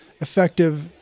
effective